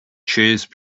choose